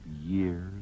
years